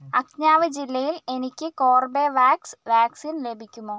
അക്ഞാവ് ജില്ലയിൽ എനിക്ക് Corbevax vaccine ലഭിക്കുമോ